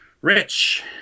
Rich